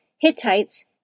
Hittites